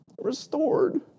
restored